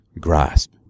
grasp